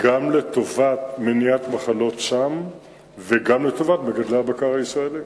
גם לטובת מניעת מחלות שם וגם לטובת מגדלי הבקר הישראלים.